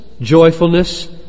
joyfulness